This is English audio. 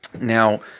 Now